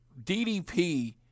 DDP